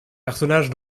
personnages